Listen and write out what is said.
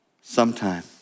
sometime